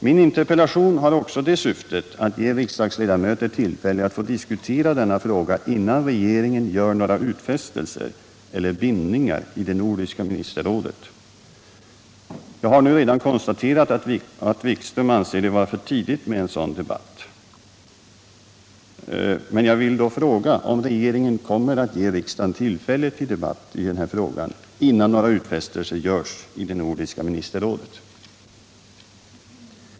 Min interpellation hade också det syftet att ge riksdagsledamöter tillfälle att diskutera denna fråga, innan regeringen gör någon utfästelse eller bindningar i det nordiska ministerrådet. Jag har redan konstaterat att Wikström anser det vara för tidigt med en sådan debatt. Jag vill då fråga om regeringen kommer att ge riksdagen tillfälle till debatt i frågan, innan några utfästelser görs i det nordiska ministerrådet.